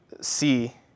see